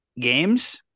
games